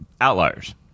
outliers